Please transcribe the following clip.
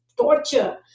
torture